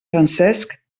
francesc